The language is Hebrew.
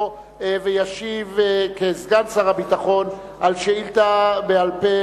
וישיב כסגן שר הביטחון על שאילתא בעל-פה,